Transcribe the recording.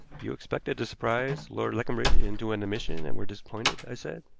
you expected to surprise lord leconbridge into an admission and were disappointed? i said.